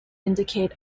indicate